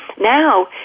Now